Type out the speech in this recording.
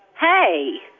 Hey